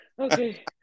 Okay